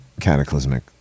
cataclysmic